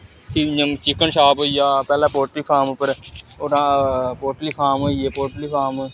फ्ही जि'यां chicken shop होई गेआ पैह्लें पोलट्री फार्म उप्पर उत्थुआं पोलट्री फार्म होई गै पोलट्री फार्म